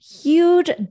huge